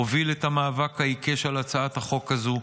הוביל את המאבק העיקש על הצעת החוק הזו,